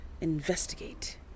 investigate